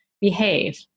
behave